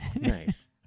Nice